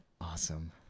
Awesome